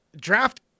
draft